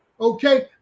Okay